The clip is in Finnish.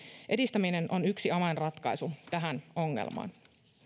edistäminen on yksi avainratkaisu tähän ongelmaan